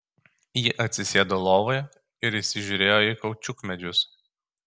ji atsisėdo lovoje ir įsižiūrėjo į kaučiukmedžius